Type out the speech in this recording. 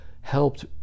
helped